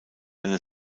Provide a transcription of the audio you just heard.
eine